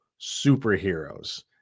superheroes